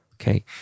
Okay